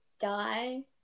die